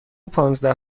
پانزده